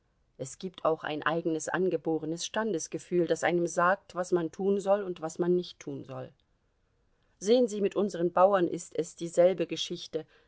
es gibt auch ein eigenes angeborenes standesgefühl das einem sagt was man tun soll und was man nicht tun soll sehen sie mit unseren bauern ist es dieselbe geschichte